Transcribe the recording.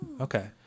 Okay